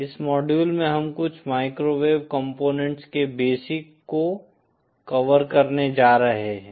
इस मॉड्यूल में हम कुछ माइक्रोवेव कंपोनेंट्स के बेसिक को कवर करने जा रहे हैं